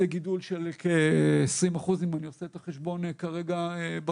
זה גידול של כ-20% אם אני עושה את החשבון כרגע נכון.